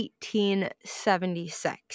1876